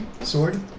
sword